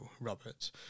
Robert